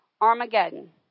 Armageddon